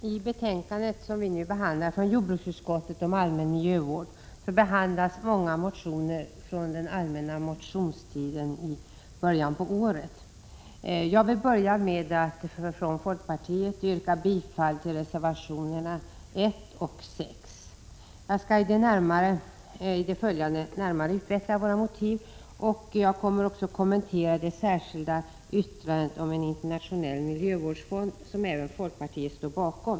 Herr talman! I det föreliggande betänkandet från jordbruksutskottet om allmän miljövård behandlas många motioner från den allmänna motionstiden i början på året. Jag vill börja med att för folkpartiets del yrka bifall till reservationerna 1 och 6. Jag kommer i det följande att närmare utveckla våra motiv och kommentera det särskilda yttrande om en internationell miljövårdsfond som även folkpartiet står bakom.